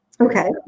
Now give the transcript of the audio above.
Okay